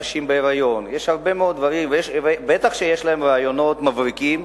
נשים בהיריון, בטח יש להן רעיונות מבריקים.